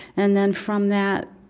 and then from that,